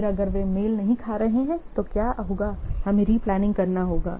फिर अगर वे मेल नहीं खा रहे हैं तो क्या होगा हमें रिप्लेनिंग करना होगा